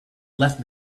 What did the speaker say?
left